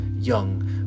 young